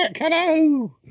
Hello